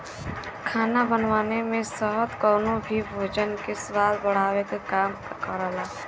खाना बनवले में शहद कउनो भी भोजन के स्वाद बढ़ावे क काम करला